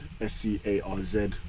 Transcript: S-C-A-R-Z